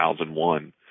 2001